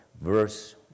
Verse